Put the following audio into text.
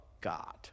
God